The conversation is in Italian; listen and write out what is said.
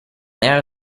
era